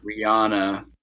Rihanna